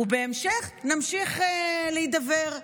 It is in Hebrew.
ובהמשך נמשיך להידבר,